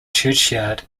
churchyard